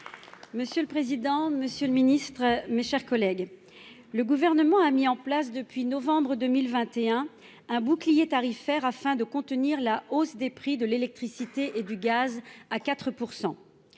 Monsieur le président, monsieur le ministre, mes chers collègues, le Gouvernement a mis en place, depuis novembre 2021, un bouclier tarifaire afin de limiter la hausse des prix de l'électricité et du gaz à 4 %.